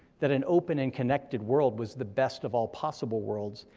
that an open and connected world was the best of all possible worlds,